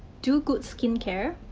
do good skincare,